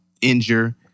injure